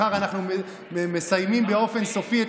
מחר אנחנו מסיימים באופן סופי את